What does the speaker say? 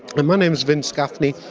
my my name is vince gaffney,